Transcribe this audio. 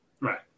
Right